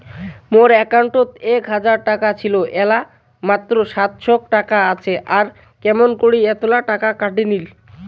মোর একাউন্টত এক হাজার টাকা ছিল এলা মাত্র সাতশত টাকা আসে আর কেমন করি এতলা টাকা কাটি নিল?